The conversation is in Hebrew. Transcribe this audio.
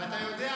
ואתה יודע,